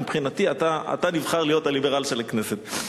מבחינתי אתה נבחר להיות הליברל של הכנסת.